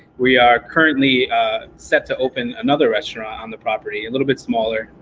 we are currently set to open another restaurant on the property, a little bit smaller,